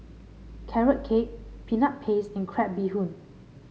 Carrot Cake Peanut Paste and Crab Bee Hoon